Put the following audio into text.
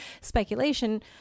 speculation –